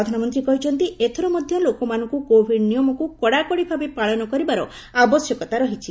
ପ୍ରଧାନମନ୍ତ୍ରୀ କହିଛନ୍ତି ଏଥର ମଧ୍ୟ ଲୋକମାନଙ୍କୁ କୋଭିଡ ନିୟମକୁ କଡାକଡି ଭାବେ ପାଳନ କରିବାର ଆବଶ୍ୟକତା ରହିଛି